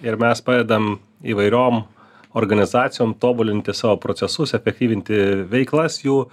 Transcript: ir mes padedam įvairiom organizacijom tobulinti savo procesus efektyvinti veiklas jų